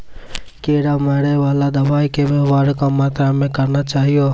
कीड़ा मारैवाला दवाइ के वेवहार कम मात्रा मे करना चाहियो